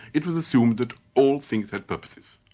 it was assumed that all things had purposes.